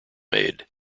made